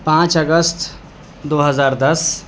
پانچ اگست دو ہزار دس